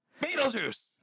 Beetlejuice